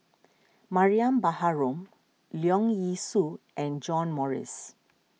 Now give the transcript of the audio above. Mariam Baharom Leong Yee Soo and John Morrice